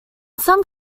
some